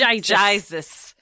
Jesus